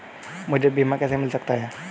मुझे बीमा कैसे मिल सकता है?